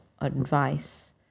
advice